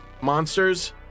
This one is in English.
monsters